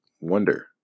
wonder